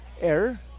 error